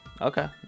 okay